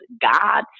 god